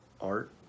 art